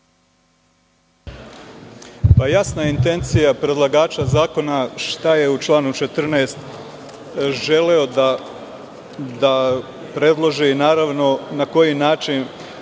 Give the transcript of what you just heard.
Jasna je intencija predlagača zakona šta je u članu 14. želeo da predloži i na koji način